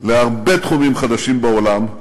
להרבה תחומים חדשים בעולם,